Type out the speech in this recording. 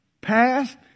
past